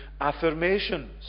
affirmations